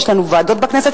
יש לנו ועדות בכנסת,